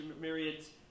myriads